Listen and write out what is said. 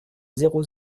zéro